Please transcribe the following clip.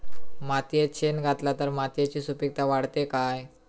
मातयेत शेण घातला तर मातयेची सुपीकता वाढते काय?